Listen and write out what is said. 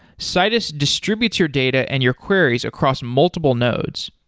citus distributes your data and your queries across multiple nodes.